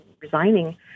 resigning